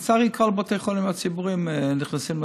לצערי, כל בתי החולים הציבוריים נכנסים